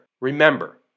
Remember